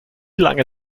lange